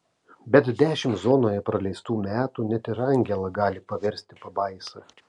bet dešimt zonoje praleistų metų net ir angelą gali paversti pabaisa